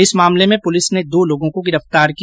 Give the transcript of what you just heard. इस मामले में पुलिस ने दो लोगों को गिरफ्तार किया